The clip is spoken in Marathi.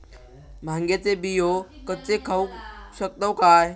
भांगे चे बियो कच्चे खाऊ शकताव काय?